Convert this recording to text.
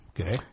Okay